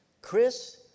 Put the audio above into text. Chris